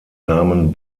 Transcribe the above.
namen